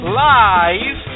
live